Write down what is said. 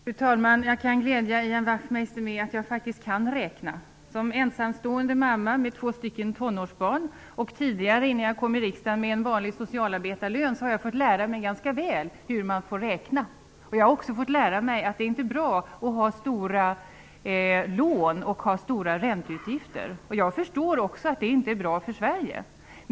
Fru talman! Jag kan glädja Ian Wachtmeister med att jag faktiskt kan räkna. Som ensamstående mamma med två stycken tonårsbarn och tidigare, innan jag kom in i riksdagen, med en vanlig socialarbetarlön, har jag fått lära mig ganska väl hur man räknar. Jag har också fått lära mig att det inte är bra att ha stora lån och stora ränteutgifter. Jag förstår också att det inte är bra för Sverige.